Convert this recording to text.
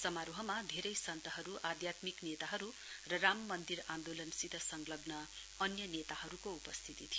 समारोहमा धेरै सन्तहरू आध्यात्मिक धार्मिक नेताहरू र राम मन्दिर आन्दोलनसित संलग्न अन्य नेताहरूको उपस्थिति थियो